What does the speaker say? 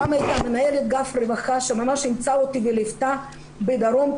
פעם הייתה מנהלת אגף רווחה שממש אימצה אותי וליוותה בדרום,